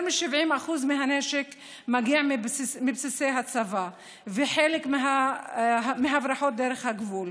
יותר מ-70% מהנשק מגיע מבסיסי הצבא וחלקו מהברחות דרך הגבול.